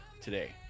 today